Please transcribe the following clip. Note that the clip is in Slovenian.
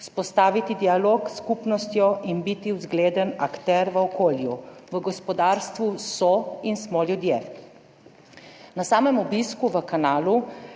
vzpostaviti dialog s skupnostjo in biti zgleden akter v okolju. V gospodarstvu so in smo ljudje. Na samem obisku v Kanalu,